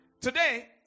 today